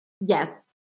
Yes